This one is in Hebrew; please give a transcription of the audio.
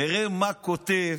תראה מה כותב